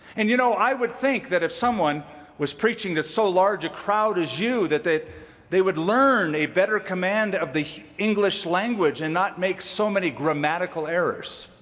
and, you know, i would think that if someone was preaching to so large a crowd as you that they they would learn a better command of the english language and not make so many grammatical errors.